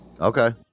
Okay